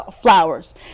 flowers